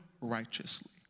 righteously